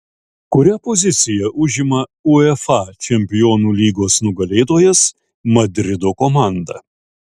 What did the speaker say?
kurią poziciją užima uefa čempionų lygos nugalėtojas madrido komanda